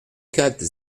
quatre